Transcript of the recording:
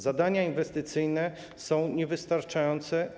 Zadania inwestycyjne są niewystarczające.